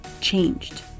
changed